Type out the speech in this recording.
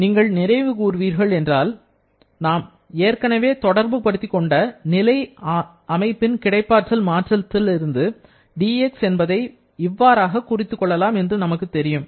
நீங்கள் நினைவு கூறுவீர்கள் என்றால் ஆம் ஏற்கனவே தொடர்பு படுத்திக் கொண்ட நிலை அமைப்பின் கிடைப்பாற்றல் மாற்றத்தில் இருந்து dX என்பதை இவ்வாறாக குறித்துக் கொள்ளலாம் என்று நமக்கு தெரியும்